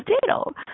potato